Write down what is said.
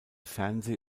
fernseh